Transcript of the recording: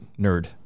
nerd